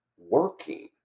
working